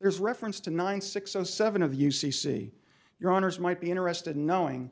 there's reference to nine six zero seven of the u c c your honour's might be interested in knowing